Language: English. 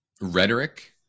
rhetoric